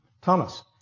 Thomas